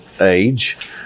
age